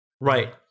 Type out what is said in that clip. Right